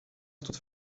tot